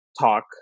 talk